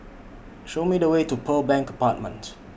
Show Me The Way to Pearl Bank Apartment